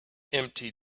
empty